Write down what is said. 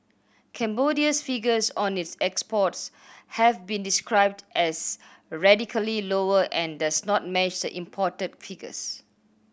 Cambodia's figures on its exports have been described as radically lower and does not match the imported figures